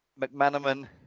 McManaman